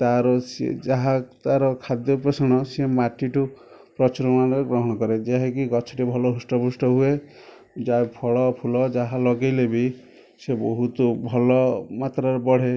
ତା'ର ସିଏ ଯାହା ତା'ର ଖାଦ୍ୟ ପୋଷଣ ସେ ମାଟି ଠୁ ପ୍ରଚୁର ପରିମାଣରେ ଗ୍ରହଣ କରେ ଯାହା କି ଗଛଟି ଭଲ ହୃଷ୍ଟପୃଷ୍ଟ ହୁଏ ଯାହା ଫଳ ଫୁଲ ଯାହା ଲଗାଇଲେ ବି ସେ ବହୁତ ଭଲ ମାତ୍ରାରେ ବଢ଼େ